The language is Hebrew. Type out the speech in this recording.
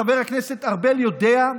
חבר הכנסת ארבל יודע,